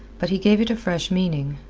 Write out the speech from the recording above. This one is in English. but he gave it a fresh meaning,